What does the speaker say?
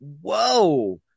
Whoa